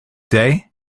day